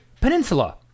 Peninsula